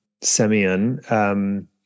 Semyon